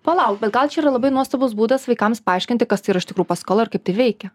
palauk bet gal čia yra labai nuostabus būdas vaikams paaiškinti kas iš tikrųjų paskola ir kaip tai veikia